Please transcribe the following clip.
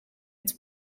its